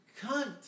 cunt